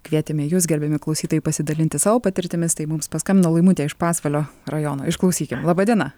kvietėme jus gerbiami klausytojai pasidalinti savo patirtimis tai mums paskambino laimutė iš pasvalio rajono išklausykim laba diena